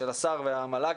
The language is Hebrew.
של השר והמל"ג,